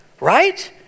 right